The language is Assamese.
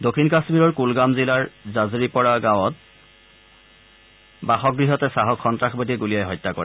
দক্ষিণ কাশ্মীৰৰ কুলগাম জিলাৰ জাজৰিপ'ৰা গাঁৱত থকা বাসগৃহতে খাহক সন্নাসবদীয়ে গুলীয়াই হত্যা কৰে